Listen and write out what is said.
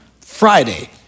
Friday